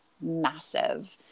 massive